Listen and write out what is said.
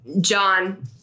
John